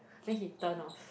then he turn off